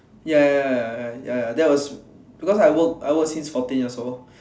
ya ya ya ya ya ya ya because I work since fourteen years old